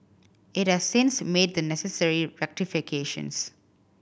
it has since made the necessary rectifications